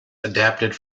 adapted